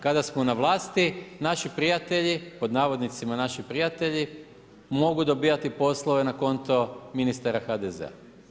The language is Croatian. Kada smo na vlasti naši prijatelji, pod navodnicima naši prijatelji mogu dobivati poslove na konto ministara HDZ-a.